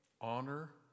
honor